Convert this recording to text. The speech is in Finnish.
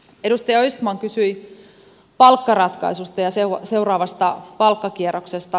edustaja östman kysyi palkkaratkaisusta ja seuraavasta palkkakierroksesta